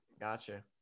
Gotcha